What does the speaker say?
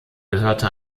gehörte